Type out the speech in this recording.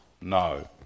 No